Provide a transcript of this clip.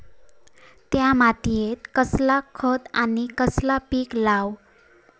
त्या मात्येत कसला खत आणि कसला पीक लाव?